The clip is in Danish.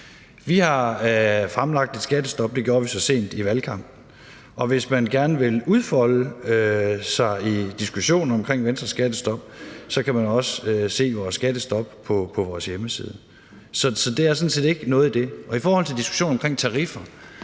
Vi har fremlagt et skattestop – det gjorde vi så sent som i valgkampen – og hvis man gerne vil udfolde sig i diskussionen omkring Venstres skattestop, kan man også se vores skattestop på vores hjemmeside. Så der er sådan set ikke noget i det. Og i forhold til diskussionen omkring tariffer